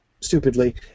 stupidly